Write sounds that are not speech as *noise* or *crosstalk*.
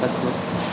*unintelligible*